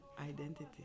identity